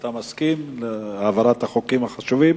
שאתה מסכים להעברת החוקים החשובים.